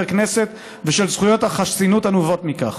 כנסת ושל זכויות החסינות הנובעות מכך.